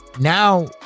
now